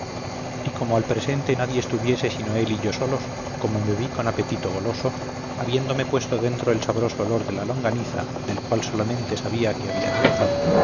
y como al presente nadie estuviese sino él y yo solos como me vi con apetito goloso habiéndome puesto dentro el sabroso olor de la longaniza del cual solamente sabía que había de gozar